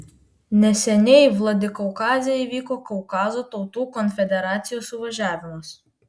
neseniai vladikaukaze įvyko kaukazo tautų konfederacijos suvažiavimas